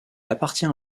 appartient